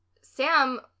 Sam